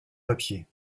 papier